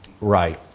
right